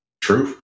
True